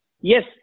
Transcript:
Yes